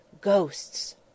Ghosts